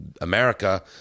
america